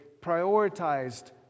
prioritized